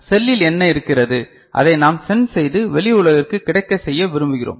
செல்லில் என்ன இருக்கிறது அதை நாம் சென்ஸ் செய்து வெளி உலகிற்கு கிடைக்கச் செய்ய விரும்புகிறோம்